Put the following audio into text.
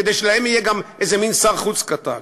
כדי שלהם יהיה גם איזה מין שר חוץ קטן.